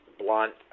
blunt